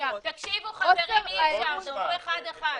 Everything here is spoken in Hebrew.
חקירות אפידמיולוגיות.